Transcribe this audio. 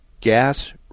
gas